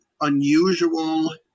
unusual